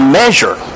measure